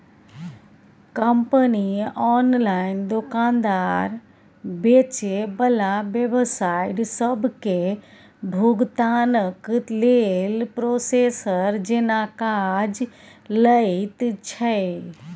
company online दोकानदार, बेचे बला वेबसाइट सबके भुगतानक लेल प्रोसेसर जेना काज लैत छै